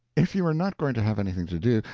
if you are not going to have anything to do,